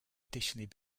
additionally